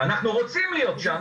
אנחנו רוצים להיות שם,